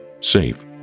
Safe